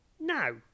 No